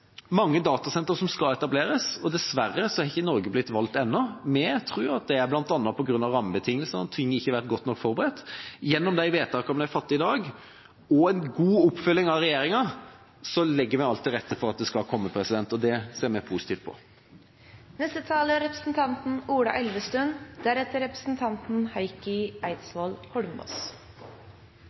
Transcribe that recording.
rammebetingelsene, at ting ikke har vært godt nok forberedt. Gjennom de vedtakene som vi fatter i dag, og en god oppfølging av regjeringa, legger vi alt til rette for at det skal komme. Og det ser vi positivt på. Jeg vil også først uttrykke tilfredshet med at det er